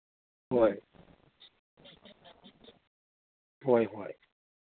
ꯍꯣꯏ ꯍꯣꯏ ꯍꯣꯏ